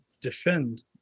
defend